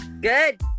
Good